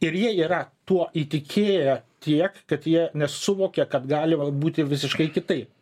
ir jie yra tuo įtikėję tiek kad jie nesuvokia kad gali būti visiškai kitaip